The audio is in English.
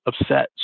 upset